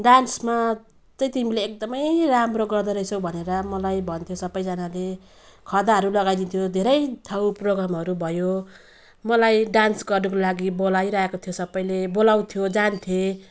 डान्समा त तिमीले एकदम राम्रो गर्दो रहेछौ भनेर मलाई भन्थ्यो सबजनाले खादाहरू लगाइदिन्थ्यो धेरै ठाउँ प्रोग्रामहरू भयो मलाई डान्स गर्नुको लागि बोलाइरहेको थियो सबले बोलाउँथ्यो जान्थेँ